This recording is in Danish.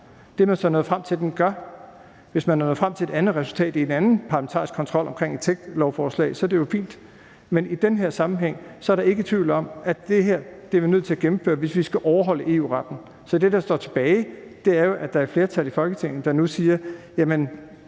Det er man så nået frem til den gør. Hvis man er nået frem til et andet resultat i en anden parlamentarisk kontrol i forbindelse med et lovforslag om techgiganter, så er det jo fint, men i den her sammenhæng er der ikke tvivl om, at det her er vi nødt til at gennemføre, hvis vi skal overholde EU-retten. Så det, der står tilbage, er jo, at der er et flertal i Folketinget, der nu siger: